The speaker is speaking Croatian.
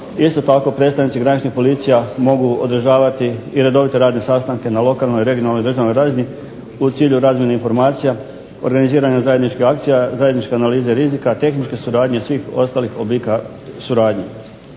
Isto tako, predstavnici graničnih policija mogu održavati i redovite radne sastanke na lokalnoj, regionalnoj, državnoj razini u cilju razmjene informacija, organiziranja zajedničkih akcija, zajedničke analize rizika, tehničke suradnji i svih ostalih oblika suradnje.